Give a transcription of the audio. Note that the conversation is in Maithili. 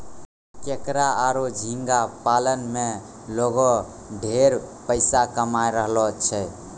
केकड़ा आरो झींगा पालन में लोगें ढेरे पइसा कमाय रहलो छै